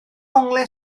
onglau